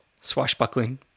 Swashbuckling